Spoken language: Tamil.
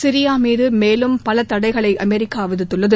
சிரியா மீது மேலும் பல தடைகளை அமெரிக்கா விதித்துள்ளது